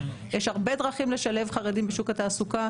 יש הרבה דרכים לשלב חרדים בשוק התעסוקה.